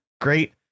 great